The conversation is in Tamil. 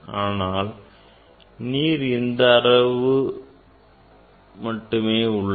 ஆனால் நீர் இந்த அளவு வரை மட்டுமே உள்ளது